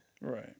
right